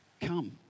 come